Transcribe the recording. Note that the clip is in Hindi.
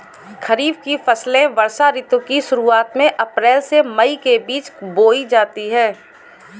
खरीफ की फसलें वर्षा ऋतु की शुरुआत में अप्रैल से मई के बीच बोई जाती हैं